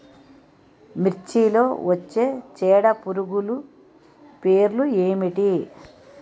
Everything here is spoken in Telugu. మిర్చిలో వచ్చే చీడపురుగులు పేర్లు ఏమిటి?